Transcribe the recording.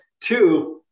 two –